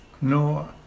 No